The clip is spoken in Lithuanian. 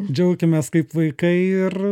džiaukimės kaip vaikai ir